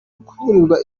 kuburirwa